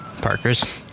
Parker's